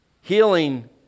Healing